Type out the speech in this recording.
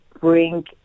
bring